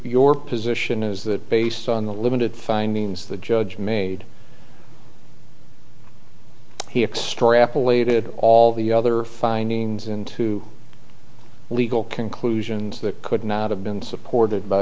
your position is that based on the limited findings the judge made he extrapolated all the other findings into legal conclusions that could not have been supported by